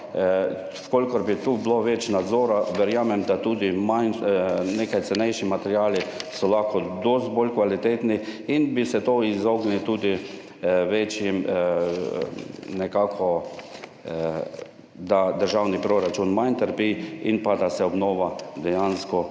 V kolikor bi tu bilo več nadzora, verjamem da tudi nekaj cenejši materiali so lahko dosti bolj kvalitetni in bi se izognili tudi večjim, nekako da državni proračun manj trpi in pa da se obnova dejansko